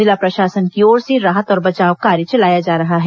जिला प्रशासन की ओर से राहत और बचाव कार्य चलाया जा रहा है